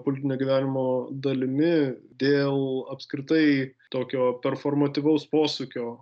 politinio gyvenimo dalimi dėl apskritai tokio performatyvaus posūkio